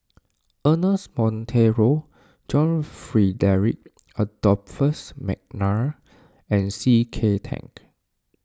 Ernest Monteiro John Frederick Adolphus McNair and C K Tang